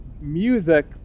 music